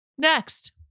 Next